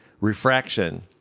refraction